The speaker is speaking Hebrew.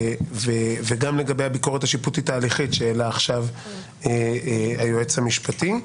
וגם לגבי הביקורת השיפוטית ההליכית שהעלה עכשיו היועץ המשפטי.